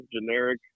generic